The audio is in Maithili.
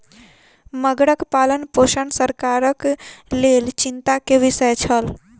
मगरक पालनपोषण सरकारक लेल चिंता के विषय छल